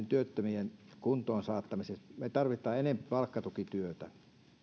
työttömien kuntoonsaattamiseen me tarvitsemme enempi palkkatukityötä